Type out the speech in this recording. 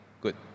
good